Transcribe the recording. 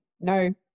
No